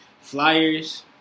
Flyers